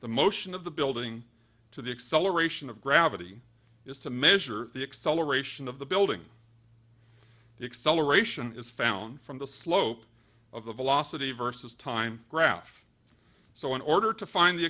the motion of the building to the acceleration of gravity is to measure the acceleration of the building the acceleration is found from the slope of the velocity versus time graph so in order to find the